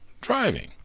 driving